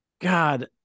God